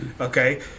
Okay